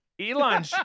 Elon